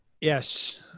Yes